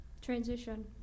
transition